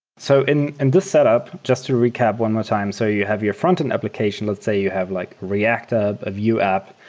so in and this setup, just to recap one more time. so you have your frontend application. let's say you have like react, a ah vue app.